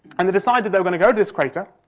and they decided they were going to go to this crater,